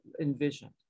envisioned